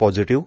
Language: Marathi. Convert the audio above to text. पॉझिटिव्ह